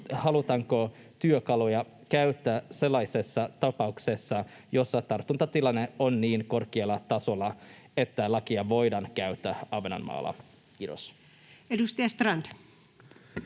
halutaanko työkaluja käyttää sellaisessa tapauksessa, jossa tartuntatilanne on niin korkealla tasolla, että lakia voidaan käyttää Ahvenanmaalla. — Kiitos. [Speech